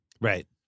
Right